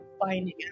finding